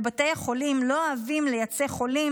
ובתי החולים לא אוהבים לייצא חולים